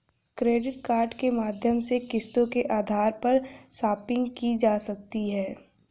credit card के माध्यम से किस्तों के आधार पर शापिंग की जा सकती है